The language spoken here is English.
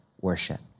worship